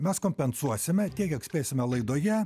mes kompensuosime tiek kiek spėsime laidoje